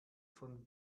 von